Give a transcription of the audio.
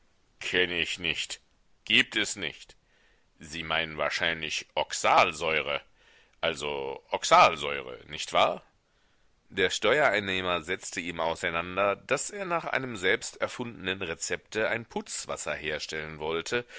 kenne ich nicht gibt es nicht sie meinen wahrscheinlich oxalsäure also oxalsäure nicht wahr der steuereinnehmer setzte ihm auseinander daß er nach einem selbsterfundenen rezepte ein putzwasser herstellen wollte